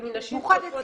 מאוחדת.